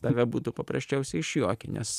tave būtų paprasčiausiai išjuokę nes